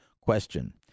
question